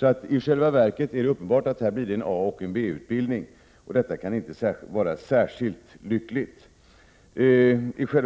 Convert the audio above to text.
Det är alltså uppenbart att det här blir en A och en B-utbildning. Detta kan inte vara särskilt lyckligt. Jag vill också